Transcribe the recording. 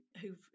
Who've